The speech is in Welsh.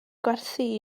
gwerthu